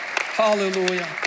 Hallelujah